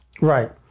Right